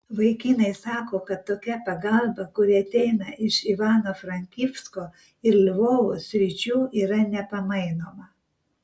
vaikinai sako kad tokia pagalba kuri ateina iš ivano frankivsko ir lvovo sričių yra nepamainoma